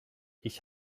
ich